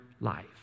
life